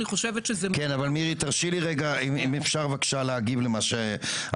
אני חושבת שזה --- רק תרשי לי בבקשה להגיב על מה שאמרת.